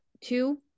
two